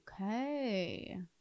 okay